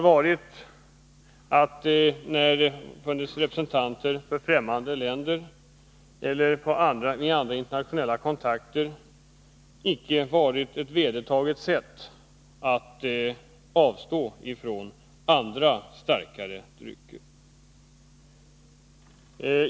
Vid besök av representanter för ffträmmande länder eller vid andra internationella kontakter är det icke vedertaget sätt att avstå från andra, starkare drycker.